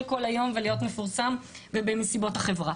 כל היום ולהיות מפורסם בנסיבות החברה.